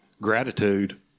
gratitude